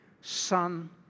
Son